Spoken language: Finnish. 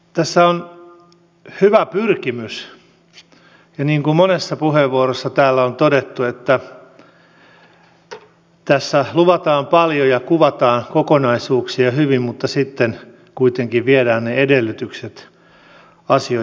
tässä on hyvä pyrkimys ja niin kuin monessa puheenvuorossa täällä on todettu tässä luvataan paljon ja kuvataan kokonaisuuksia hyvin mutta sitten kuitenkin viedään ne edellytykset asioiden toteuttamiselle